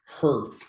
hurt